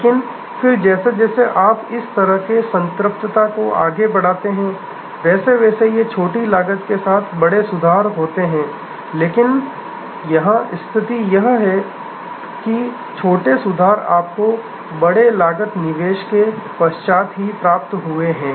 लेकिन फिर जैसे जैसे आप इस तरह के संतृप्तता को आगे बढ़ाते हैं वैसे वैसे ये छोटी लागत के साथ बड़े सुधार होते हैं लेकिन यहाँ स्थिति यह है कि छोटे सुधार आपको बड़े लागत निवेश के पश्चात प्राप्त हुए हैं